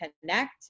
connect